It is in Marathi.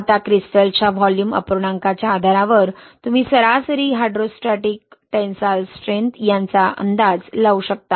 आता क्रिस्टल्सच्या व्हॉल्यूम अपूर्णांकाच्या आधारावर तुम्ही सरासरी हायड्रोस्टॅटिक टेन्साइल स्ट्रेंथ याचा अंदाज लावू शकता